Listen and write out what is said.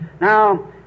Now